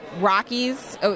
Rockies